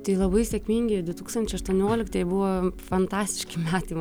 tai labai sėkmingi du tūkstančiai aštuonioliktieji buvo fantastiški metai